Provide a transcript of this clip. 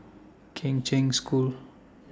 Kheng Cheng School